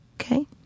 Okay